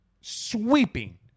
sweeping